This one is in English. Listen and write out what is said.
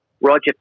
Roger